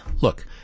look